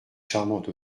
charmante